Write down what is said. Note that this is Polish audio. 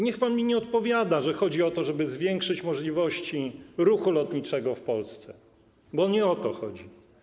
Niech pan mi nie odpowiada, że chodzi o to, żeby zwiększyć możliwości ruchu lotniczego w Polsce, bo nie o to chodzi.